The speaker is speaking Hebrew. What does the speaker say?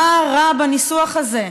מה רע בניסוח הזה?